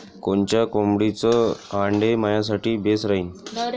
कोनच्या कोंबडीचं आंडे मायासाठी बेस राहीन?